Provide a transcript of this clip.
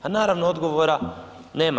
Pa naravno odgovora nema.